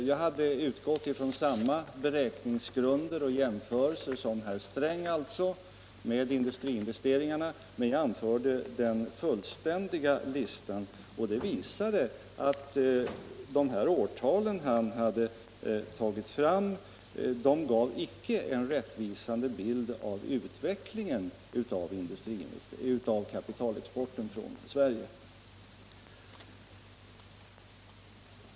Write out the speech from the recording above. Jag hade alltså utgått från samma beräkningsgrunder och samma jämförelser som herr Sträng, men jag anförde den fullständiga listan, och det visade att de årtal han hade tagit fram icke gav en rättvisande bild av utvecklingen av kapitalexporten från Sverige.